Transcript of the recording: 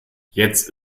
jetzt